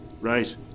Right